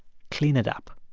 clean it up.